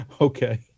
Okay